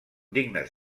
dignes